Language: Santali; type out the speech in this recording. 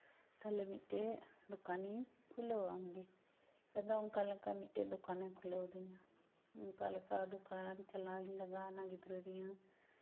ᱛᱟᱞᱦᱮ ᱢᱤᱫᱴᱮᱱ ᱫᱚᱠᱟᱱᱤᱧ ᱠᱷᱩᱞᱟᱹᱣᱟᱢ ᱜᱮ ᱟᱫᱚ ᱚᱱᱠᱟᱞᱮᱠᱟ ᱢᱤᱫᱴᱮᱡ ᱫᱚᱠᱟᱱᱮᱭ ᱠᱷᱩᱞᱟᱹᱣ ᱟᱹᱫᱤᱧᱟ ᱚᱱᱠᱟᱞᱮᱠᱟ ᱫᱚᱠᱟᱱ ᱪᱟᱞᱟᱣᱤᱧ ᱞᱟᱜᱟᱣᱮᱱᱟ ᱜᱤᱫᱽᱨᱟᱹ ᱱᱤᱭᱮ